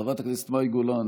חברת הכנסת מאי גולן,